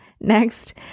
next